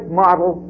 model